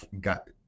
got